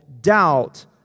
doubt